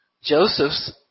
Joseph's